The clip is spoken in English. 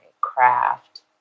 craft